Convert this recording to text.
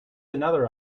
another